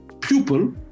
pupil